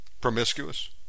promiscuous